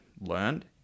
learned